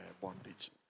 bondage